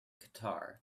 guitar